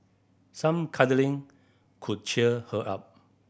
some cuddling could cheer her up